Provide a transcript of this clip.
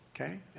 okay